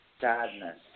sadness